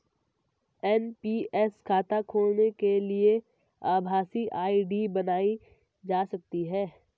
NPS खाता खोलने के लिए आभासी आई.डी बनाई जा सकती है